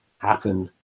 happen